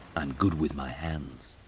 and good with my hands.